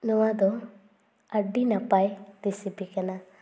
ᱱᱚᱣᱟ ᱫᱚ ᱟᱹᱰᱤ ᱱᱟᱯᱟᱭ ᱨᱮᱥᱤᱯᱤ ᱠᱟᱱᱟ